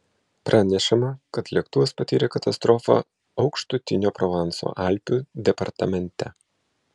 pranešama kad lėktuvas patyrė katastrofą aukštutinio provanso alpių departamente